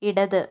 ഇടത്